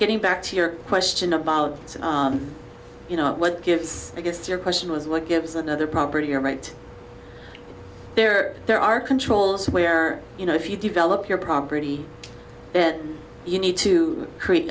getting back to your question about you know what gives your question was what gives another property you're right there there are controls where you know if you develop your property it you need to create